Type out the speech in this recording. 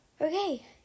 okay